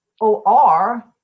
O-R